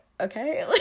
okay